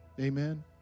Amen